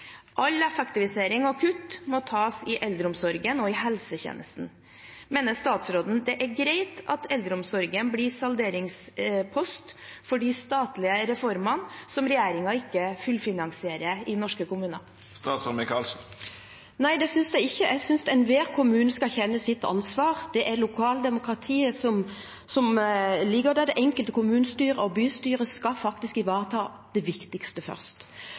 All effektivisering og kutt må tas i eldreomsorgen og i helsetjenesten. Mener statsråden det er greit at eldreomsorgen blir salderingspost for de statlige reformene som regjeringen ikke fullfinansierer i norske kommuner? Nei, det synes jeg ikke. Jeg synes enhver kommune skal kjenne sitt ansvar. Det er lokaldemokratiet som ligger der. Det enkelte kommunestyre og bystyre skal faktisk ivareta det viktigste først.